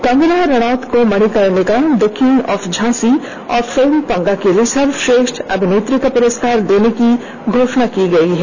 कंगना रणौत को Manikarnika the queen of Jhansi और film Panga के लिए सर्वश्रेष्ठ अभिनेत्री का पुरस्कार देने की घोषणा की गई है